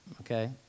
okay